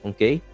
Okay